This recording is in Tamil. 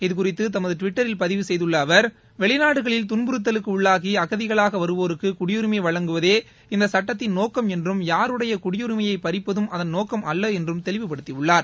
இதுகுறித்து தமது டுவிட்டரில் பதிவு செய்துள்ள அவர் வெளிநாடுகளில் துன்பறுத்தலுக்கு உள்ளாகி அகதிகளாக வருவோருக்கு குடியரிமை வழங்குவதே இந்த சுட்டத்தின் நோக்கம் என்றும் யாருடைய குடியுரிமையை பறிப்பது அதன் நோக்கமல்ல என்றும் தெளிவுபடுத்தியுள்ளார்